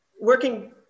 working